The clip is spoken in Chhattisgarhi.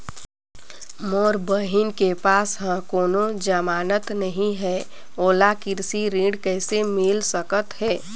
मोर बहिन के पास ह कोनो जमानत नहीं हे, ओला कृषि ऋण किसे मिल सकत हे?